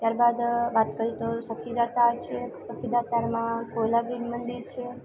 ત્યારબાદ વાત કરીએ તો સખીરા કાળ છે સખીરા કાળમાં કોયલા બીર મંદિર છે